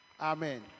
Amen